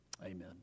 amen